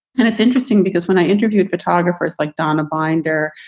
and it's interesting because when i interviewed photographers like donna binder,